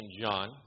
John